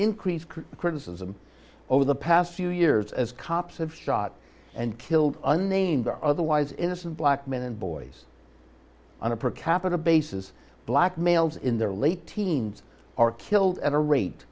increased criticism over the past few years as cops have shot and killed and maimed or otherwise innocent black men and boys on a per capita basis black males in their late teens are killed at a rate